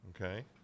okay